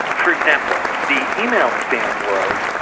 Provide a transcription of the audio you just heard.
for example, the email spam world,